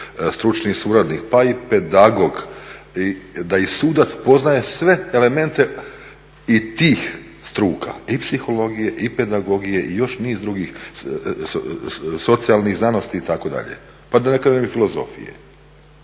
stručni suradnik pa i pedagog da i sudac poznaje sve elemente i tih struka, i psihologije, i pedagogije i još niz drugih socijalnih znanosti itd. pa da ne kažem i filozofije.